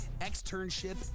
externship